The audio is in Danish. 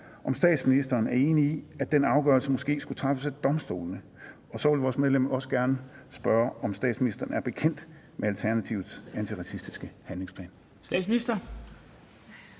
om statsministeren er enig i, at den afgørelse måske skulle træffes af domstolene. Vores medlem vil også gerne spørge, om statsministeren er bekendt med Alternativets antiracistiske handleplan.